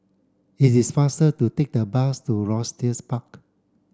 it is faster to take the bus to Rochester Park